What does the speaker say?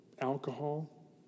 Alcohol